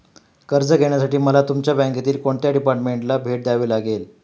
कर्ज घेण्यासाठी मला तुमच्या बँकेतील कोणत्या डिपार्टमेंटला भेट द्यावी लागेल?